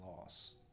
loss